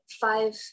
five